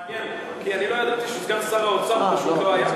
מעניין, כי אני לא ידעתי שסגן שר האוצר לא היה.